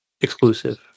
exclusive